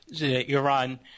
Iran